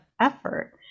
effort